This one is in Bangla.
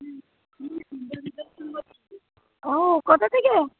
ও কোথা থেকে